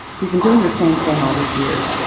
he's been doing the same thing all these years.